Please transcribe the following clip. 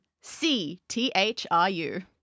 C-T-H-R-U